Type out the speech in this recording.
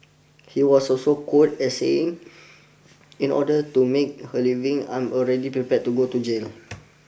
he was also quote as saying in order to make her leaving I am already prepared to go to jail